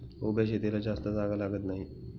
उभ्या शेतीला जास्त जागा लागत नाही